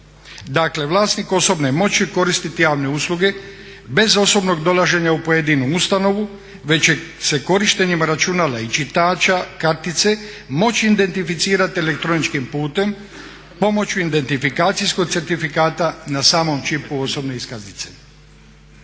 Dakle, vlasnik osobne moći će koristiti javne usluge bez osobnog dolaženja u pojedinu ustanovu već će se korištenjem računala i čitača kartice moći identificirati elektroničkim putem pomoću identifikacijskog certifikata na samom čipu osobne iskaznice.